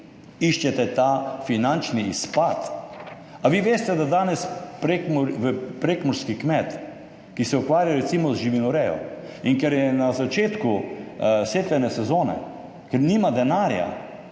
iščete ta finančni izpad. Ali vi veste, da danes prekmurski kmet, ki se ukvarja recimo z živinorejo, ker je na začetku setvene sezone in nima denarja,